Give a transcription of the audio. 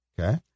okay